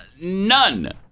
none